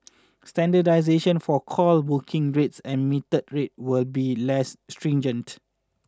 standardisation for call booking rates and metered rates will be less stringent